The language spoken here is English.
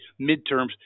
midterms